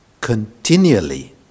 continually